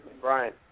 Brian